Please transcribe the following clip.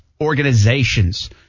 organizations